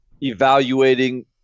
evaluating